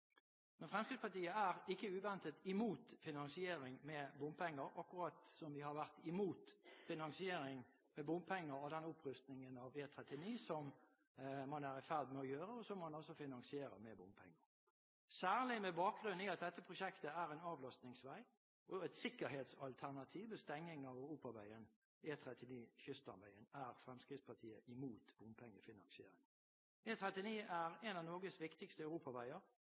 Men Fremskrittspartiet er – ikke uventet – imot finansiering med bompenger, akkurat som vi har vært imot å finansiere med bompenger den opprustingen av E39 som man er i ferd med å gjøre – som man altså finansierer med bompenger. Særlig med bakgrunn i at dette prosjektet er en avlastningsvei og et sikkerhetsalternativ ved stenging av E39 Kyststamveien, er Fremskrittspartiet imot bompengefinansiering. E39 er en av Norges viktigste europaveier,